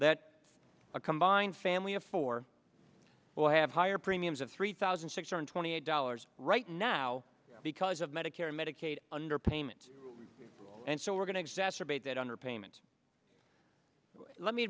that a combined family of four will have higher premiums of three thousand six hundred twenty eight dollars right now because of medicare and medicaid under payment and so we're going to exacerbate that underpayment let me